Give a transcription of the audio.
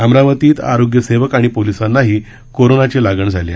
अमरावतीत आरोग्य सेवक आणि ोलिसांनाही कोरोनाची लागण झाली आहे